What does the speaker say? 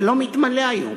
זה לא מתמלא היום,